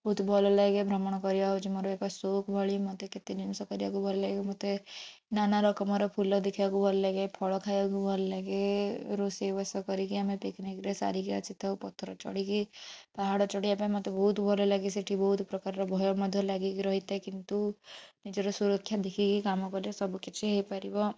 ବହୁତ ଭଲ ଲାଗେ ଭ୍ରମଣ କରିବା ହେଉଛି ମୋର ଏକ ସଉକ ଭଳି ମୋତେ କେତେ ଜିନିଷ କରିବାକୁ ଭଲ ଲାଗେ ମୋତେ ନାନାରକମର ଫୁଲ ଦେଖିବାକୁ ଭଲ ଲାଗେ ଫଳ ଖାଇବାକୁ ଭଲ ଲାଗେ ରୋଷେଇବାସ କରିକି ଆମେ ପିକନିକରେ ସାରିକି ଆସିଥାଉ ପଥର ଚଢ଼ିକି ପାହାଡ଼ ଚଢ଼ିଆ ପାଇଁ ମୋତେ ବହୁତ ଭଲ ଲାଗେ ସେଠି ବହୁତ ପ୍ରକାରର ଭୟ ମଧ୍ୟ ଲାଗିକି ରହିଥାଏ କିନ୍ତୁ ନିଜର ସୁରକ୍ଷା ଦେଖିକି କାମ କରେ ସବୁ କିଛି ହେଇପାରିବ